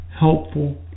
helpful